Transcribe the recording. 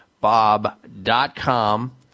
bob.com